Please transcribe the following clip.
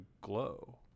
glow